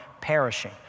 perishing